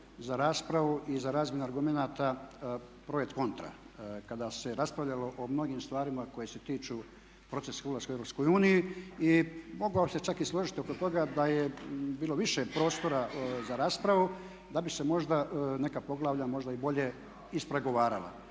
za raspravu i za razmjenu argumenata projekt kontra kada se raspravljalo o mnogim stvarima koje se tiču procesa ulaska u EU. I mogao bih se čak i složiti oko toga da je bilo više prostora za raspravu, da bi se možda neka poglavlja možda i bolje ispregovarala.